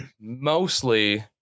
mostly